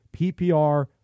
PPR